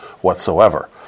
whatsoever